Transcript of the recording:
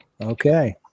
Okay